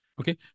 Okay